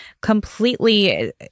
completely